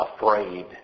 afraid